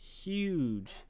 huge